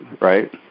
right